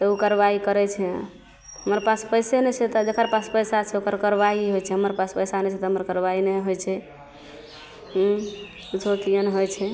तऽ ओ कार्रवाइ करै छै हमर पास पइसे नहि छै तऽ जकर पास पइसा छै ओकर कार्रवाइ होइ छै हमर पास पइसा नहि छै तऽ हमर कार्रवाइ नहि होइ छै हुँ किछु किएक नहि होइ छै